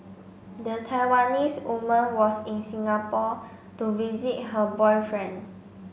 the Taiwanese woman was in Singapore to visit her boyfriend